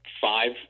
five